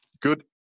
Good